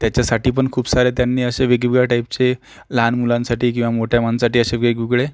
त्याच्यासाठी पण खूप साऱ्या त्यांनी असे वेगवेगळ्या टाइपचे लहान मुलांसाठी किंवा मोठ्या माणसासाठी असे वेगवेगळे